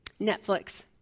Netflix